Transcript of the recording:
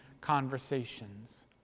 conversations